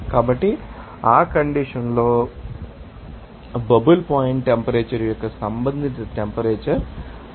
కాబట్టి ఆ కండిషన్ లో అది అది బబుల్ పాయింట్ టెంపరేచర్ యొక్క సంబంధిత టెంపరేచర్ అవుతుంది